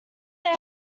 they